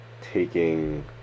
taking